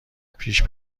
پیش